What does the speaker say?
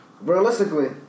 Realistically